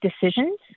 decisions